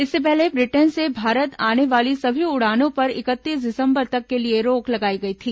इससे पहले ब्रिटेन से भारत आने वाली सभी उड़ानों पर इकतीस दिसम्बर तक के लिए रोक लगाई गई थी